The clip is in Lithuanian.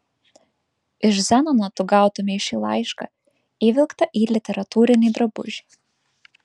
iš zenono tu gautumei šį laišką įvilktą į literatūrinį drabužį